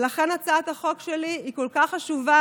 ולכן הצעת החוק שלי היא כל כך חשובה,